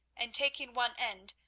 and taking one end,